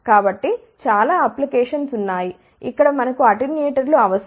కాబట్టి చాలా అప్లికేషన్స్ ఉన్నాయి ఇక్కడ మనకు అటెన్యూయేటర్లు అవసరం